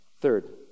Third